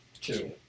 Two